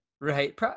Right